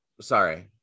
Sorry